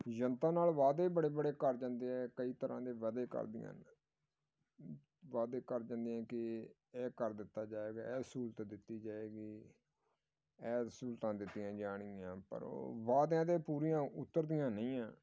ਜਨਤਾ ਨਾਲ ਵਾਅਦੇ ਬੜੇ ਬੜੇ ਕਰ ਜਾਂਦੇ ਆ ਕਈ ਤਰ੍ਹਾਂ ਦੇ ਵਾਅਦੇ ਕਰਦੀਆਂ ਵਾਅਦੇ ਕਰਦੇ ਨੇ ਕਿ ਇਹ ਕਰ ਦਿੱਤਾ ਜਾਏਗਾ ਇਹ ਸਹੂਲਤ ਦਿੱਤੀ ਜਾਏਗੀ ਇਹ ਸਹੂਲਤਾਂ ਦਿੱਤੀਆਂ ਜਾਣਗੀਆਂ ਪਰ ਉਹ ਵਾਅਦਿਆਂ ਦੇ ਪੂਰੀਆਂ ਉੱਤਰ ਦੀਆਂ ਨਹੀਂ ਆ